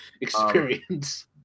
experience